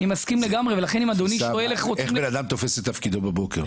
איך בן אדם תופס את תפקידו בבוקר.